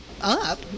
up